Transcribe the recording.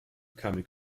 comic